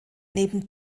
neben